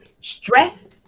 stress